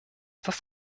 das